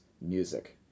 music